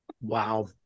Wow